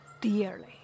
dearly